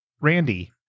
Randy